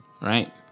Right